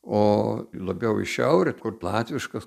o labiau į šiaurę kur latviškas